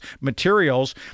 materials